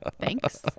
Thanks